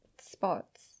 spots